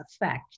effect